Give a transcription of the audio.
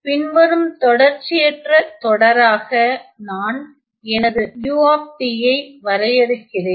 பின்வரும் தொடர்ச்சியற்ற தொடராக நான் எனது u ஐ வரையறுக்கிறேன்